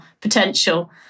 potential